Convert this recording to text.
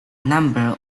number